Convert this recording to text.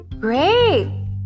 great